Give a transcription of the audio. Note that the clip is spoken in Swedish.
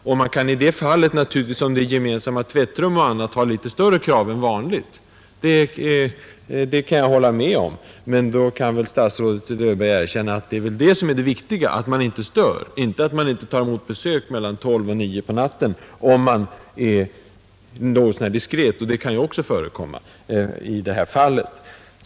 Om flera lägenheter har gemensamt tvättrum får man kanske ha litet större krav än vanligt, det kan jag hålla med om. Men nog kan väl statsrådet Löfberg erkänna att vad som är viktigt är att man inte stör, medan det däremot är oväsentligt att man tar emot besök mellan kl. 24.00 och kl. 9.00, ifall man gör det något så när diskret.